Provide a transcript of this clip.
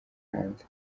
hanze